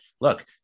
look